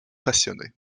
passionné